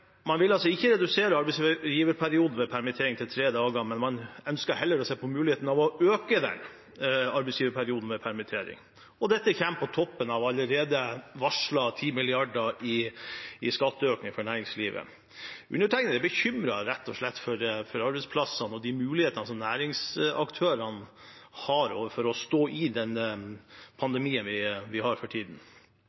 Man vil ikke redusere arbeidsgiverperioden ved permittering til tre dager, men man ønsker heller å se på muligheten for å øke arbeidsgiverperioden ved permittering. Dette kommer på toppen av allerede varslet 10 mrd. kr i skatteøkninger for næringslivet. Jeg er bekymret for arbeidsplassene og de mulighetene som næringsaktørene har til å stå i den